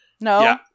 no